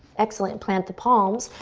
excellent, plant the palms,